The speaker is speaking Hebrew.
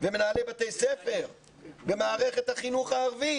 ומנהלי בתי ספר במערכת החינוך הערבית.